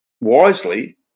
wisely